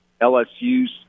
LSU's